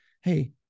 hey